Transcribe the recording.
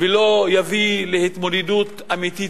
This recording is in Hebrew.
ולא יביא להתמודדות אמיתית,